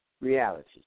reality